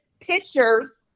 pictures